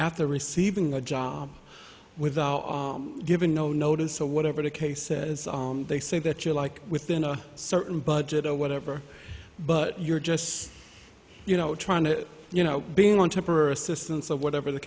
after receiving a job with given no notice so whatever the case says they say that you like within a certain budget or whatever but you're just you know trying to you know being on temporary assistance of whatever the